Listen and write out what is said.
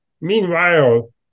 Meanwhile